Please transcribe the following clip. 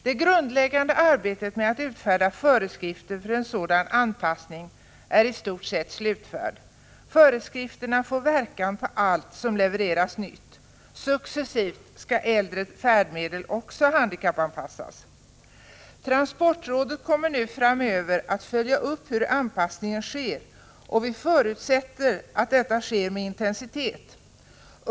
Det grundläggande arbetet med att utfärda föreskrifter för en sådan anpassning är i stort sett slutfört. Föreskrifterna får verkan på allt som levereras nytt. Successivt skall äldre färdmedel också handikappanpassas. Transportrådet kommer framöver att följa upp anpassningen, och vi förutsätter att detta sker med intensitet.